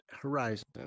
Horizon